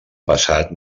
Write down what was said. passat